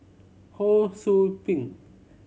Ho Sou Ping